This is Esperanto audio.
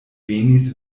venis